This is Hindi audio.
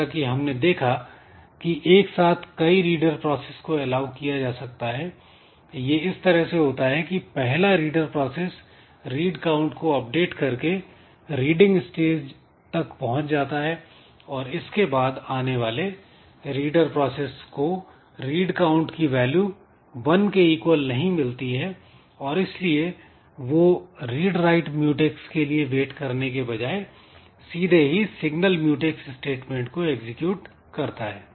जैसा कि हम ने देखा की एक साथ कई रीडर प्रोसेस को एलाऊ किया जा सकता है यह इस तरह से होता है कि पहला रीडर प्रोसेस "रीड काउंट" को अपडेट करके रीडिंग स्टेज तक पहुंच जाता है और इसके बाद आने वाले रीडर प्रोसेस को "रीड काउंट" की वैल्यू 1 के इक्वल नहीं मिलती है और इसलिए वह "रीड राइट म्यूटैक्स" के लिए वेट करने के बजाए सीधे ही सिग्नल म्यूटैक्स स्टेटमेंट को एग्जीक्यूट करता है